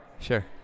Sure